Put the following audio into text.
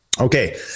okay